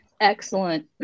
excellent